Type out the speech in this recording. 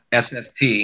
SST